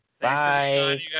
Bye